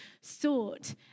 sought